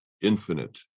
infinite